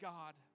God